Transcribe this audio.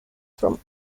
from